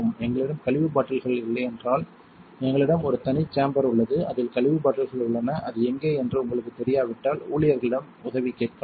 எங்களிடம் கழிவுப் பாட்டில்கள் இல்லை என்றால் எங்களிடம் ஒரு தனி சேம்பர் உள்ளது அதில் கழிவுப் பாட்டில்கள் உள்ளன அது எங்கே என்று உங்களுக்குத் தெரியாவிட்டால் ஊழியர்களிடம் உதவி கேட்கலாம்